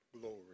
glory